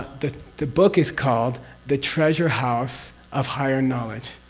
the the book is called the treasure house of higher knowledge.